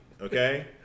okay